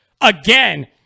again